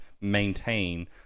maintain